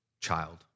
child